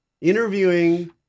interviewing